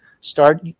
start